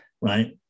right